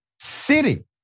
City